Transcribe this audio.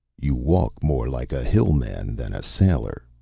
you walk more like a hillman than a sailor,